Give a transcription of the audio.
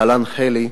להלן: חל"י,